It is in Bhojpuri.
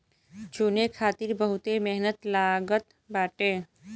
चुने खातिर बहुते मेहनत लागत बाटे